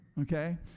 okay